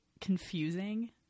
confusing